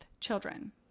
children